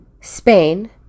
spain